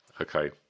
Okay